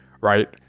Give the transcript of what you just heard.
right